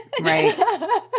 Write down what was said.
Right